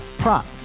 prop